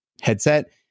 headset